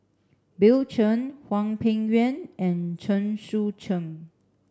Bill Chen Hwang Peng Yuan and Chen Sucheng